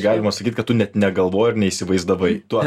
galima sakyt kad tu net negalvojai ir neįsivaizdavai tu